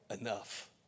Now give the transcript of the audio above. enough